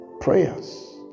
prayers